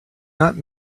not